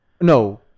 No